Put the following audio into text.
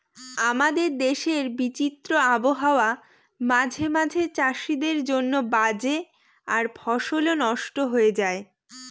আমাদের দেশের বিচিত্র আবহাওয়া মাঝে মাঝে চাষীদের জন্য বাজে আর ফসলও নস্ট হয়ে যায়